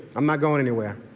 i'm not going anywhere.